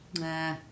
Nah